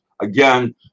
again